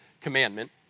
commandment